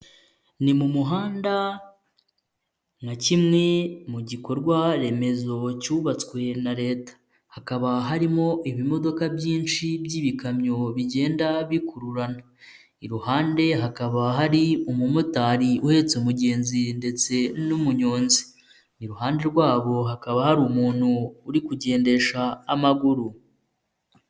Ni mu muhanda nka kimwe mu gikorwa remezo cyubatswe na Leta, hakaba harimo ibimodoka byinshi by'ibikamyo bigenda bikururana, iruhande hakaba hari umumotari uhetse umugenzi ndetse n'umunyonzi, iruhande rwabo hakaba hari umuntu uri kugendesha amaguru.